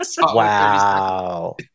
wow